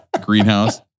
greenhouse